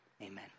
Amen